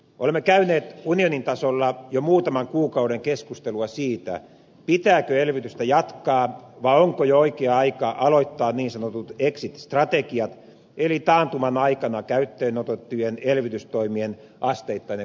olemme käyneet unionin tasolla jo muutaman kuukauden keskustelua siitä pitääkö elvytystä jatkaa vai onko jo oikea aika aloittaa niin sanotut exit strategiat eli taantuman aikana käyttöön otettujen elvytystoimien asteittain purkaminen